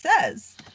says